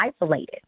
isolated